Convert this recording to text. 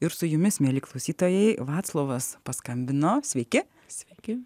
ir su jumis mieli klausytojai vaclovas paskambino sveiki sveiki